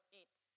eat